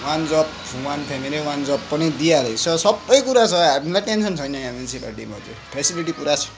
one job one family one job पनि दिइहालेको छ सबै कुरा छ हामीलाई टेन्सन छैन यहाँ मुन्सिपालिटीमा चाहिँ फेसिलिटी पुरा छ